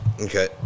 Okay